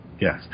Yes